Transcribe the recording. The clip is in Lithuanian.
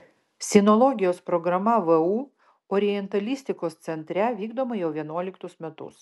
sinologijos programa vu orientalistikos centre vykdoma jau vienuoliktus metus